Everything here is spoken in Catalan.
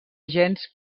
gens